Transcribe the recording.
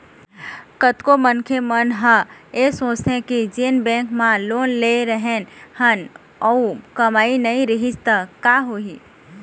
कतको मनखे मन ह ऐ सोचथे के जेन बेंक म लोन ले रेहे हन अउ कमई नइ रिहिस त का होही